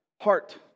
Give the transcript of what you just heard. heart